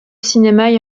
cinéma